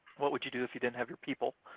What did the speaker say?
what would you do if you didn't have your people?